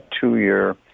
two-year